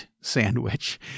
Sandwich